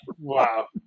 Wow